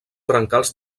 brancals